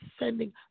sending